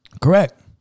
Correct